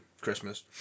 Christmas